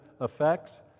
effects